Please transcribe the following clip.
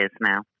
now